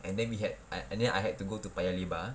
and then we had ah and then I had to go to paya lebar